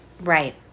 Right